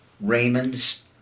Raymond's